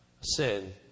sin